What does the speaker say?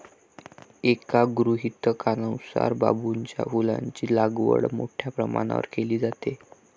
एका गृहीतकानुसार बांबूच्या फुलांची लागवड मोठ्या प्रमाणावर केली जाते